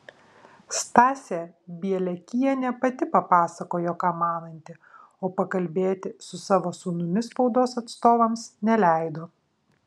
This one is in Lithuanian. stasė bieliakienė pati papasakojo ką mananti o pakalbėti su savo sūnumi spaudos atstovams neleido